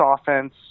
offense